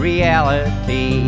reality